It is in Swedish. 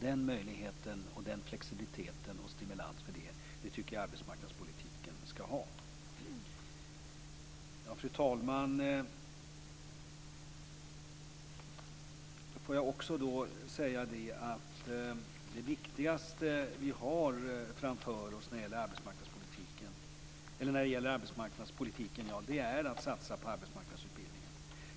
Den möjligheten, den flexibiliteten och den stimulansen tycker jag att arbetsmarknadspolitiken skall ge. Fru talman! Jag vill också säga att det viktigaste vi har framför oss när det gäller arbetsmarknadspolitiken är att satsa på arbetsmarknadsutbildningen.